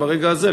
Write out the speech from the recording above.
ברגע הזה,